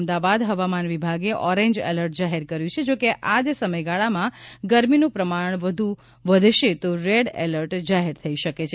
અમદાવાદ હવામાન વિભાગે orange alert જાહેર કર્યું છે જોકે આ જ સમયગાળામાં ગરમીનું પ્રમાણ વધુ વધશે તો રેડ એલર્ટ જાહેર થઈ શકે છે